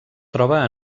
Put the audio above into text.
troba